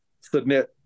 submit